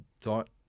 thought